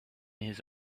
his